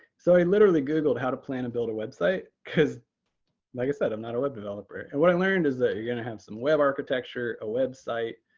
so i literally googled how to plan and build a website, because like i said, i'm not a web developer. and what i learned is that you're going to have some web architecture, a website.